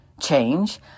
change